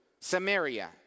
Samaria